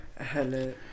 Hello